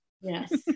Yes